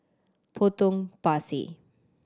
Potong Pasir